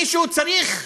מישהו צריך לבדוק.